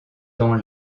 dans